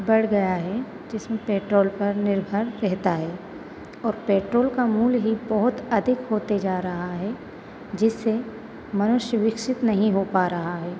बढ़ गया है जिसमें पेट्रोल पर निर्भर रहता है और पेट्रोल का मूल्य ही बहुत अधिक होते जा रहा है जिससे मनुष्य विकसित नहीं हो पा रहा है